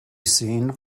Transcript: seen